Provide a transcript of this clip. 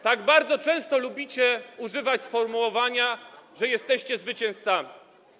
Tak bardzo często lubicie używać sformułowania, że jesteście zwycięzcami.